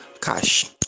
cash